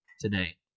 today